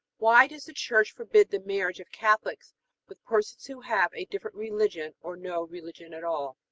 why does the church forbid the marriage of catholics with persons who have a different religion or no religion at all?